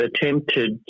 attempted